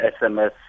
SMS